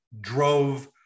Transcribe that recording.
drove